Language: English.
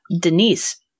Denise